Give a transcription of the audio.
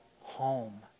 home